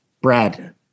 Brad